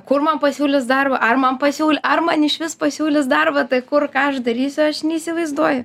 kur man pasiūlys darbą ar man pasiūl ar man išvis pasiūlys darbą tai kur ką aš darysiu aš neįsivaizduoju